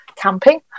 camping